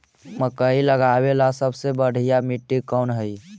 मकई लगावेला सबसे बढ़िया मिट्टी कौन हैइ?